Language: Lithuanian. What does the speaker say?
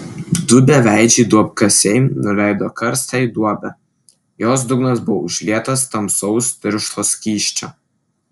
du beveidžiai duobkasiai nuleido karstą į duobę jos dugnas buvo užlietas tamsaus tiršto skysčio